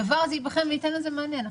הדבר הזה ייבחן ויינתן לזה מענה.